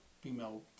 female